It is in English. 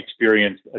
experience